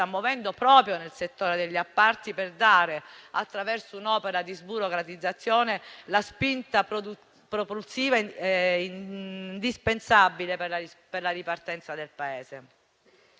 muovendo proprio nel settore degli appalti per dare, attraverso un'opera di sburocratizzazione, la spinta propulsiva indispensabile per la ripartenza del Paese.